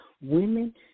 Women